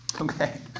Okay